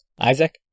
Isaac